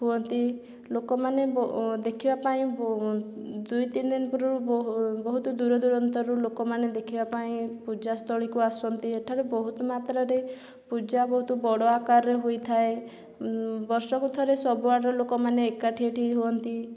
ହୁଅନ୍ତି ଲୋକମାନେ ଦେଖିବାପାଇଁ ଦୁଇ ତିନିଦିନ ପୂର୍ବରୁ ବହୁତ ଦୂରଦୂରାନ୍ତରୁ ଲୋକମାନେ ଦେଖିବାପାଇଁ ପୂଜା ସ୍ଥଳୀକୁ ଆସନ୍ତି ଏଠାରେ ବହୁତମାତ୍ରାରେ ପୂଜା ବଡ଼ ଆକାରରେ ହୋଇଥାଏ ବର୍ଷକୁ ଥରେ ସବୁଆଡ଼ର ଲୋକମାନେ ଏକାଠି ଏଠି ହୁଅନ୍ତି